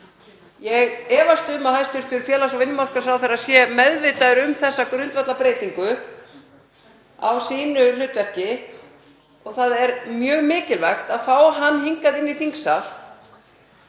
Ég efast um að hæstv. félags- og vinnumarkaðsráðherra sé meðvitaður um þessa grundvallarbreytingu á sínu hlutverki og það er mjög mikilvægt að fá hann hingað inn í þingsal